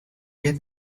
get